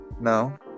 no